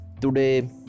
today